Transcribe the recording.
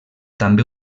també